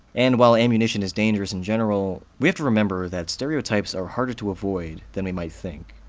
and while ammunition is dangerous in general, we have to remember that stereotypes are harder to avoid than we might think.